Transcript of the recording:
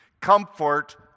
Comfort